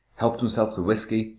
helped himself to whisky,